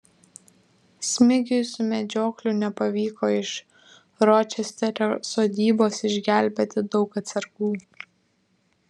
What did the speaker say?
smigiui su medžiokliu nepavyko iš ročesterio sodybos išgelbėti daug atsargų